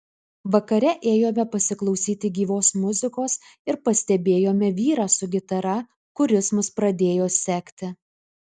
vakare ėjome pasiklausyti gyvos muzikos ir pastebėjome vyrą su gitara kuris mus pradėjo sekti